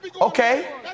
Okay